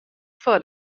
foar